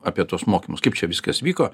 apie tuos mokymus kaip čia viskas vyko